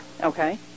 Okay